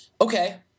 Okay